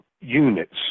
units